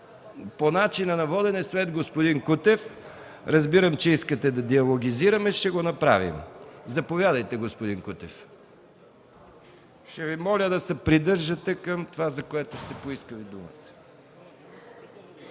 По начина на водене, след господин Кутев. Разбираме, че искате да диалогизираме, ще го направим. Заповядайте, господин Кутев. Ще Ви моля да се придържате към това, за което сте поискали думата.